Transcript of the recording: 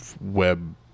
web